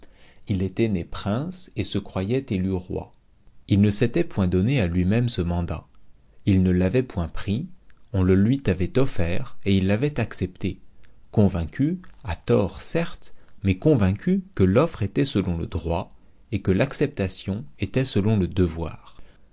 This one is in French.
il était né prince et se croyait élu roi il ne s'était point donné à lui-même ce mandat il ne l'avait point pris on le lui avait offert et il l'avait accepté convaincu à tort certes mais convaincu que l'offre était selon le droit et que l'acceptation était selon le devoir